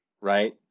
right